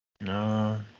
No